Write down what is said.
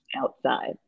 outside